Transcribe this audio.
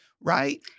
right